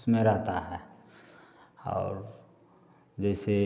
इसमें रहता है और जैसे